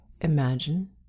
imagine